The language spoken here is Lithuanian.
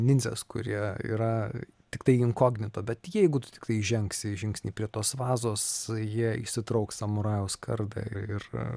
nindzes kurie yra tiktai inkognito bet jeigu tu tiktai žengsi žingsnį prie tos vazos jie išsitrauks samurajaus kardą ir